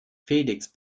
felix